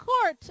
court